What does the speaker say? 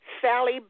Sally